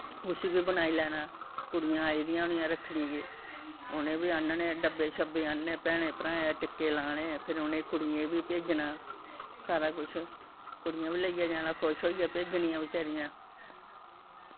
उस्सी बी बनाई लैना कुड़ियां आई दियां होनियां रक्खड़ी गी उ'नें बी आह्नने डब्बे शब्बे आह्नने भैनैं भ्राएं टिक्के लाने फिर उ'नें कुड़ियें बी भेजना सारा कुछ कुड़ियैं बी लेइयै जाना खुश होइयै भेजनियां बचैरियां